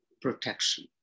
protection